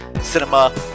Cinema